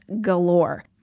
galore